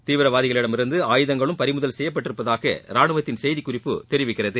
தீவரவாதிகளிடமிருந்து ஆயுதங்களும் பறிமுதல் செய்யப்பட்டிருப்பதாக ராணுவத்தின் செய்திக்குறிப்பு தெரிவிக்கிறது